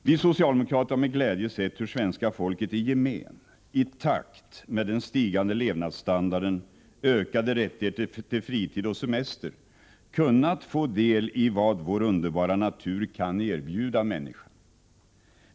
Vi socialdemokrater har med glädje sett hur svenska folket i gemen i takt med den stigande levnadsstandarden och ökade rättigheter till fritid och semester har kunnat få del i vad vår underbara natur kan erbjuda människan.